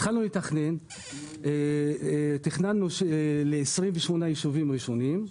התחלנו לתכנן, ותכננו ל-28 יישובים ראשונים.